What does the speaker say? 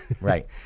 Right